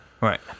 Right